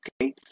okay